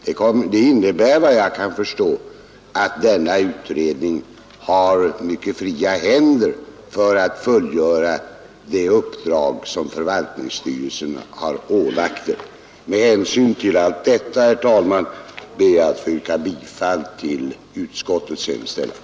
Det innebär, efter vad jag kan förstå, att denna utredning har mycket fria händer att fullgöra det uppdrag som förvaltningsstyrelsen har ålagt den. Med hänsyn till detta, herr talman, ber jag att få yrka bifall till utskottets hemställan.